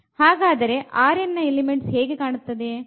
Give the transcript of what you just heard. ಹಾಗಾದರೆ Rn ನ elements ಹೇಗೆ ಕಾಣುತ್ತವೆ